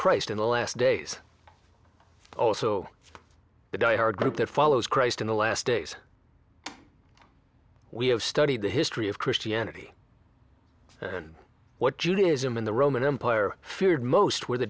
christ in the last days also the die hard group that follows christ in the last days we have studied the history of christianity and what judaism in the roman empire feared most were the